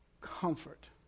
comfort